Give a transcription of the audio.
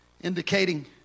indicating